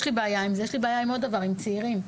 בעיה עם צעירים.